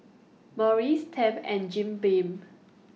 Morries Tempt and Jim Beam